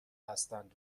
هستند